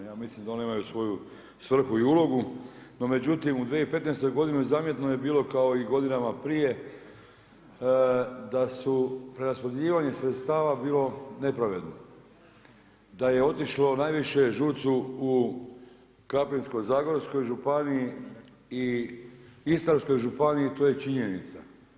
Ja mislim da one imaju svoju svrhu i ulogu, no međutim u 2015. godini zamjetno je bilo kao i godinama prije da su preraspodjeljivanje sredstava bilo nepravedno, da je otišlo najviše ŽUC-u u Krapinsko-zagorskoj županiji i Istarskoj županiji to je činjenica.